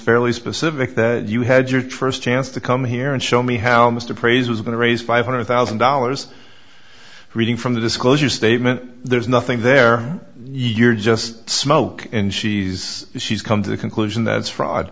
fairly specific that you had your trust chance to come here and show me how mr praise was going to raise five hundred thousand dollars reading from the disclosure statement there's nothing there you're just smoke and she's she's come to the conclusion that's fraud